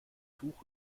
tuch